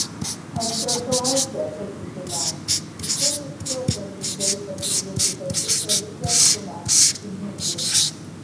aš prašau aiškiai atsakyti man už kokius procentus galiu pasidėti pas jus solidžią sumą pinigų